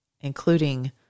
including